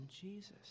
Jesus